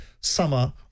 summer